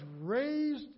raised